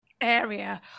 area